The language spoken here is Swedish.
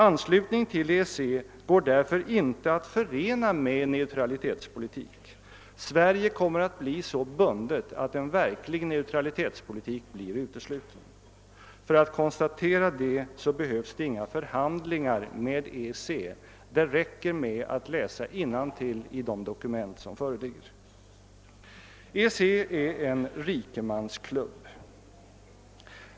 Anslutning till EEC går därför inte att förena med neutralitetspolitik; Sverige kommer att bli så bundet att en verklig neutralitetspolitik är utesluten. För att konstatera detta behövs inga förhandlingar med EEC. Det räcker med att läsa innantill i de dokument som föreligger. EEC är en rikemansklubb.